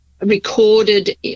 recorded